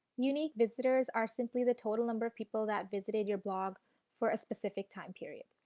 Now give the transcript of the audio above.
unique visitors are simply the total number of people that visited your blog for a specific time period.